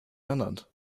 ernannt